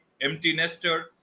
empty-nester